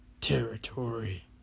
territory